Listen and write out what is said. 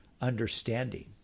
understanding